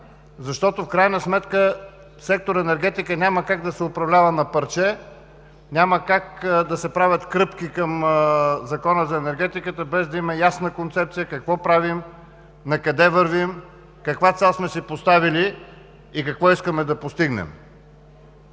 защото в крайна сметка сектор „Енергетика“ няма как да се управлява на парче, няма как да се правят кръпки към Закона за енергетиката, без да има ясна концепция какво правим, накъде вървим, каква цел сме си поставили и какво искаме да постигнем!